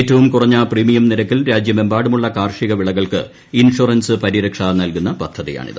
ഏറ്റവും കുറഞ്ഞ പ്രീമിയം നിരക്കിൽ രാജൃമെമ്പാടുമുള്ള കാർഷിക വിളകൾക്ക് ഇൻഷുറൻസ് പരിരക്ഷ നൽകുന്ന പദ്ധതിയാണിത്